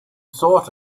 thought